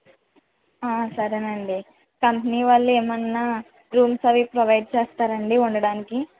ఆ సరేనండి కంపెనీ వాళ్ళు ఎమైనా రూమ్స్ అవి ప్రొవైడ్ చేస్తారాండి ఉండడానికి